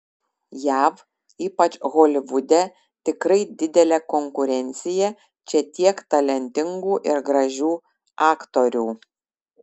jav ypač holivude tikrai didelė konkurencija čia tiek talentingų ir gražių aktorių